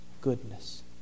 goodness